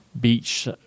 beach